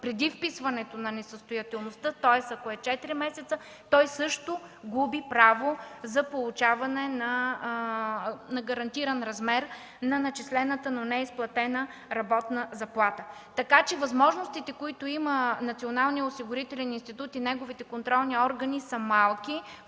преди вписването на несъстоятелността, тоест, ако е 4 месеца, той също губи право за получаване на гарантиран размер на начислената, но неизплатена работна заплата. Възможностите, които има Националният осигурителен